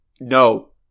No